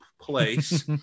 place